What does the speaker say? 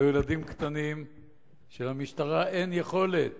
אלו ילדים קטנים ולמשטרה אין יכולת